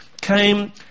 came